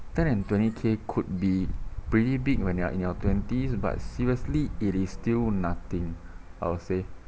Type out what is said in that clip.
ten and twenty K could be pretty big when you're in your twenties but seriously it is still nothing I would say